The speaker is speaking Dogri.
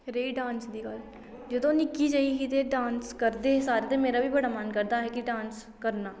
रेही डांस दी गल्ल जदूं निक्की जेही ही ते डांस करदे हे सारे ते मेरा बी बड़ा मन करदा हा कि डांस करना